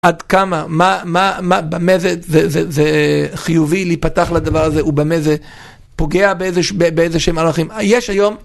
עד כמה, מה במה זה, זה חיובי להיפתח לדבר הזה, ובמה זה פוגע באיזה שהם ערכים, יש היום